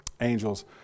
angels